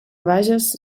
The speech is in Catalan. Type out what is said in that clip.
vages